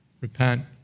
Repent